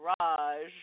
garage